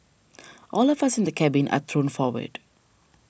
all of us in the cabin are thrown forward